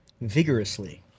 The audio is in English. vigorously